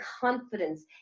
confidence